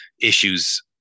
issues